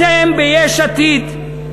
אתם ביש עתיד,